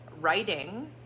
writing